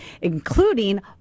including